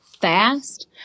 fast